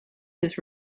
his